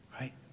Right